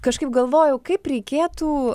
kažkaip galvojau kaip reikėtų